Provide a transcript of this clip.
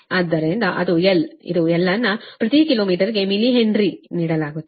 ಆದ್ದರಿಂದ ಅದು L ಇದು L ಅನ್ನು ಪ್ರತಿ ಕಿಲೋಮೀಟರಿಗೆ ಮಿಲಿಹೆನ್ರಿ ನೀಡಲಾಗುತ್ತದೆ